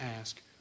ask